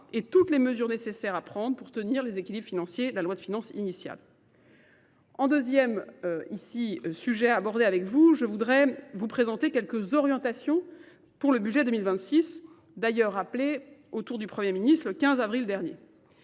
et toutes les mesures nécessaires à prendre pour tenir les équilibres financiers de la loi de finances initiale. En deuxième sujet à aborder avec vous, je voudrais vous présenter quelques orientations pour le budget 2026, d'ailleurs appelé autour du Premier ministre le 15 avril dernier.